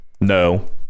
No